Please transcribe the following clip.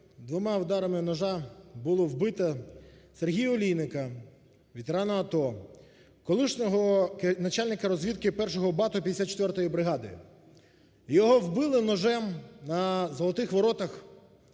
двома ударами ножа було вбито Сергія Олійника, ветерана АТО, колишнього начальника розвідки першого бату 54 бригади. Його вбили ножем на "Золотих Воротах"